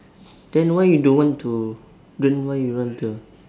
then why you don't want to then why you don't want to